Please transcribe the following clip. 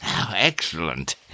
excellent